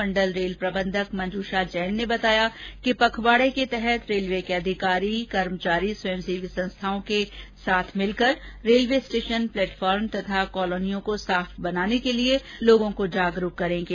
मंडल rail प्रबन्धक मंजूषा जैन ने बताया कि पखवाडे के तहत रेलवे के अधिकारी तथा कर्मचारी स्वंयसेवी संस्थाओं के साथ मिलकर रेलवे स्टेशन प्लेटफार्म तथा कॉलोनियों को साफ बनाने के लिए लोगों को जागरूक करेंगे